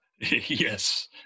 yes